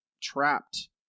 trapped